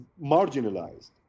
marginalized